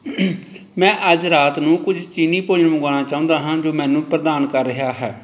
ਮੈਂ ਅੱਜ ਰਾਤ ਨੂੰ ਕੁਝ ਚੀਨੀ ਭੋਜਨ ਮੰਗਵਾਉਣਾ ਚਾਹੁੰਦਾ ਹਾਂ ਜੋ ਮੈਨੂੰ ਪ੍ਰਦਾਨ ਕਰ ਰਿਹਾ ਹੈ